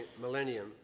millennium